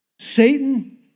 Satan